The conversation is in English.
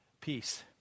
peace